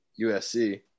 USC